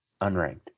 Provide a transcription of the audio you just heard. unranked